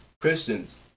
christians